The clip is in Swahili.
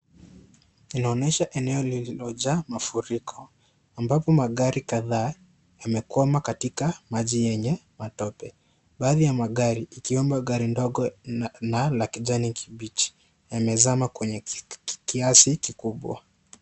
Inaonyesha eneo lililojaa mafuriko ambapo magari kadhaa yamekwama katika maji yenye matope. Baadhi ya magari ikiwemo gari ndogo na la kijani kibichi yamezama kwenye kiasi kikubwa.